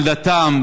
על דתם,